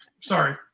sorry